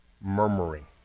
murmuring